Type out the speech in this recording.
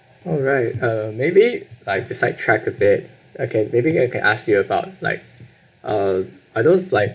alright uh maybe like to sidetrack a bit okay maybe I can ask you about like uh are those like